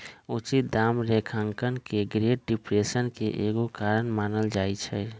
उचित दाम लेखांकन के ग्रेट डिप्रेशन के एगो कारण मानल जाइ छइ